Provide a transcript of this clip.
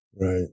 Right